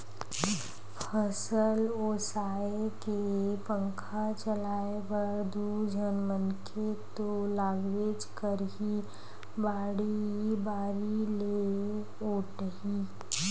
फसल ओसाए के पंखा चलाए बर दू झन मनखे तो लागबेच करही, बाड़ी बारी ले ओटही